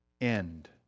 end